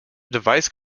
device